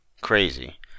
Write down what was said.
crazy